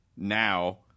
Now